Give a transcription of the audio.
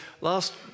last